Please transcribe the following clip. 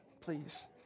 please